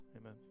Amen